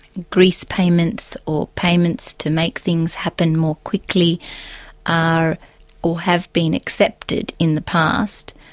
grease payments or payments to make things happen more quickly are or have been accepted in the past,